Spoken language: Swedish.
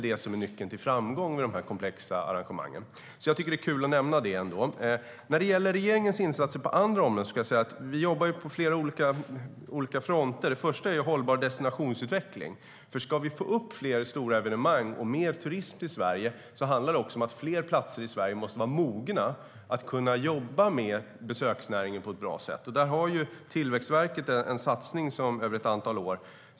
Det är nyckeln till framgång i dessa komplexa arrangemang. Det är kul att ändå nämna det. När det gäller regeringens insatser på andra områden jobbar vi på flera olika fronter. Det första är hållbar destinationsutveckling. Ska vi få fler stora evenemang och mer turism till Sverige handlar det om att fler platser i Sverige måste vara mogna att kunna jobba med besöksnäringen på ett bra sätt. Där har Tillväxtverket en satsning över ett antal år.